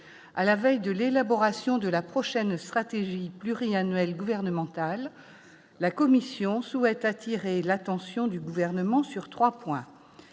à la veille de l'élaboration de la prochaine stratégie pluriannuelle gouvernementale, la commission souhaite attirer l'attention du gouvernement sur 3 points,